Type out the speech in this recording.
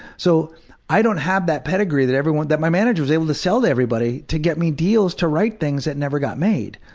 so i don't have that pedigree that everyone that my manager was able to sell to everybody to get me deals to write things that never got made.